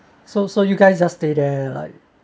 so so you guys just stay there like